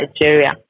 Nigeria